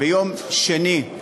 ביום שני,